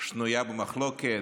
שנויה במחלוקת.